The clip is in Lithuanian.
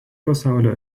pasaulio